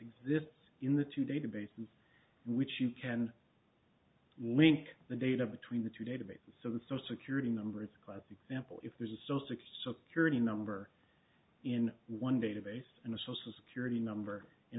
exists in the two databases which you can link the data between the two databases so the social security number is a classic example if this is so six curity number in one database and a social security number in